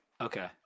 Okay